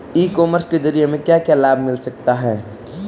ई commerce के ज़रिए हमें क्या क्या लाभ मिल सकता है?